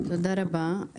תודה רבה.